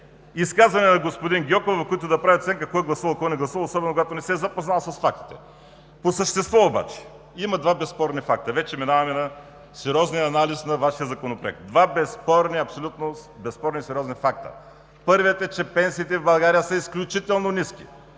изказвания на господин Гьоков, в които да прави оценка кой е гласувал, кой не е гласувал, особено когато не се е запознал с фактите. По същество обаче има два безспорни факта. Вече минаваме на сериозния анализ на Вашия Законопроект. Два безспорни, абсолютно безспорни и сериозни факта. Първият е, че пенсиите в България са изключително ниски.